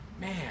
Man